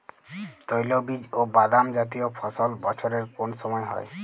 তৈলবীজ ও বাদামজাতীয় ফসল বছরের কোন সময় হয়?